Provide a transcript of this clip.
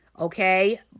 okay